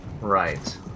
Right